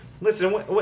Listen